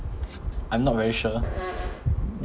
I'm not very sure